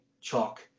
Chalk